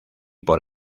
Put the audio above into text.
por